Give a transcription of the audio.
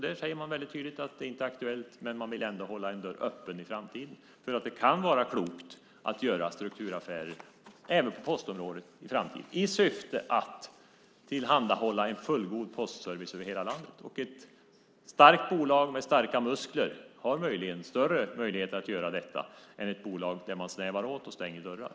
Där säger man väldigt tydligt att det inte är aktuellt, men man vill ändå hålla en dörr öppen för framtiden. Det kan vara klokt att göra strukturaffärer i framtiden även på postområdet i syfte att tillhandahålla en fullgod postservice över hela landet. Ett starkt bolag med starka muskler har möjligen större möjligheter att göra det än ett bolag där man snävar åt och stänger dörrar.